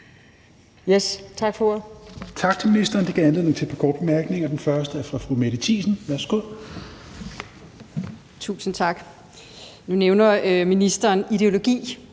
Tak for ordet.